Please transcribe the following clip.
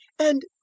and,